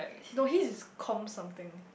no his is com something